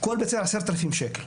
כל בית ספר 10,000 שקל.